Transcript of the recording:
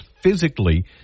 physically